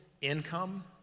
income